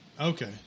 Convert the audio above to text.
Okay